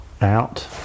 out